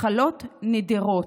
מחלות נדירות.